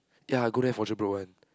ya I go there for sure broke one